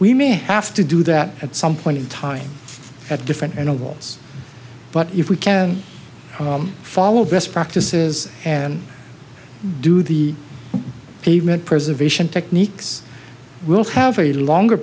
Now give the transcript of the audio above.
we may have to do that at some point in time at different animals but if we can follow best practices and do the pavement preservation techniques we'll have a longer